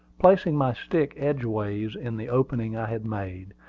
placing my stick edgeways in the opening i had made,